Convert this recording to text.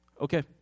Okay